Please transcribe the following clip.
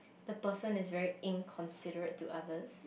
the person is very inconsiderate to others